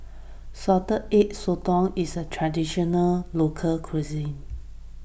Salted Egg Sotong is a Traditional Local Cuisine